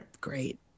great